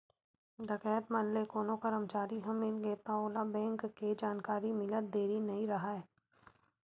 डकैत मन ले कोनो करमचारी ह मिलगे त ओला बेंक के जानकारी मिलत देरी नइ राहय